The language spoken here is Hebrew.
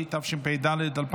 התשפ"ד 2024,